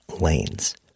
lanes